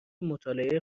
مطالعه